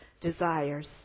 desires